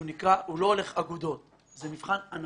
שלא הולך אגודות, זה מבחן ענפי.